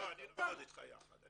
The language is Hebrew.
לא, אני לא עובד איתך יחד.